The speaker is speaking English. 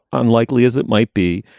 unlikely as it might be.